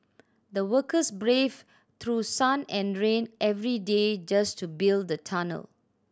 the workers braved through sun and rain every day just to build the tunnel